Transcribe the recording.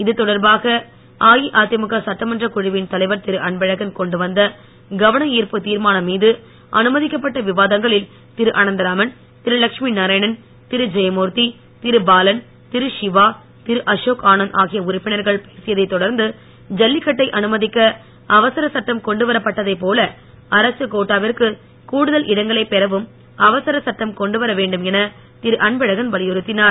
இதுதொடர்பாக அஇஅறிமுக சட்டமன்றக் குழுவின் தலைவர் திரு அன்பழகன் கொண்டு வந்த கவன ஈர்ப்பு திர்மானம் மீது அனுமதிக்கப்பட்ட விவாதங்களில் திரு அனந்தராமன் திரு லட்சுமி நாராயணன் திரு ஜெயமூர்த்தி திரு பாலன் திரு சிவா திரு அசோக் ஆனந்த் ஆகிய உறுப்பினர்கள் பேசியதைத் தொடர்ந்து ஜல்லிக்கட்டை அனுமதிக்க அவசரச் சட்டம் கொண்டு வரப்பட்டதைப் போல அரக கோட்டாவிற்கு கூடுதல் இடங்களைப் பெறவும் அவசர சட்டம் கொண்டு வர வேண்டும் என திரு அன்பழகன் வலியுறுத்தினார்